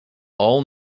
all